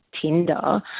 Tinder